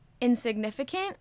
insignificant